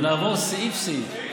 ונעבור סעיף-סעיף.